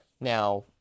Now